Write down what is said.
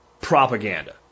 propaganda